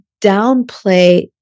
downplay